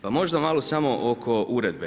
Pa možda malo samo oko uredbe.